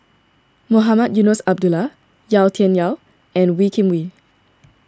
Mohamed Eunos Abdullah Yau Tian Yau and Wee Kim Wee